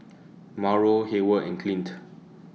Mauro Hayward and Clint